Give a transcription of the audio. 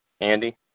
Andy